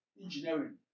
engineering